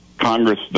Congress